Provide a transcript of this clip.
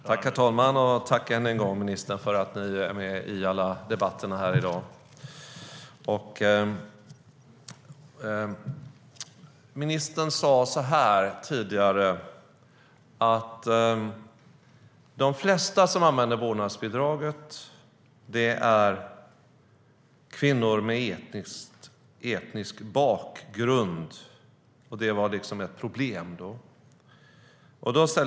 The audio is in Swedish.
Ministern sa tidigare att de flesta som använder vårdnadsbidraget är kvinnor med etnisk bakgrund, och det var liksom ett problem.